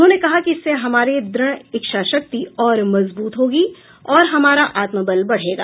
उन्होंने कहा कि इससे हमारी दृढ़ इच्छाशक्ति और मजबूत होगी और हमारा आत्मबल बढ़ेगा